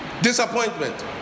Disappointment